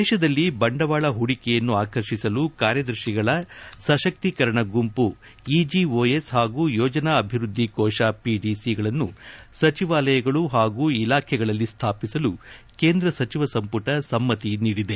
ದೇಶದಲ್ಲಿ ಬಂಡವಾಳ ಹೂಡಿಕೆಯನ್ನು ಆಕರ್ಷಿಸಲು ಕಾರ್ಯದರ್ಶಿಗಳ ಸಶಕ್ತೀಕರಣ ಗುಂಪು ಇಜಿಒಎಸ್ ಪಾಗೂ ಯೋಜನಾ ಅಭಿವೃದ್ಧಿ ಕೋಶ ಪಿಡಿಸಿ ಗಳನ್ನು ಸಚಿವಾಲಯಗಳು ಪಾಗೂ ಇಲಾಖೆಗಳಲ್ಲಿ ಸ್ಥಾಪಿಸಲು ಕೇಂದ್ರ ಸಚಿವ ಸಂಪುಟ ಸಮ್ಮತಿ ನೀಡಿದೆ